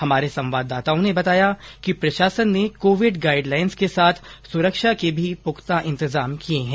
हमारे संवाददाताओं ने बताया कि प्रशासन ने कोविड गाइड लाइन के साथ सुरक्षा के भी पुख्ता इंतजाम किए हैं